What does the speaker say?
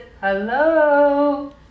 hello